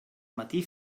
matí